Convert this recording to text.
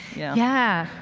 yeah.